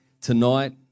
tonight